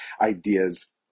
ideas